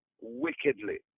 wickedly